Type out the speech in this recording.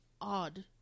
odd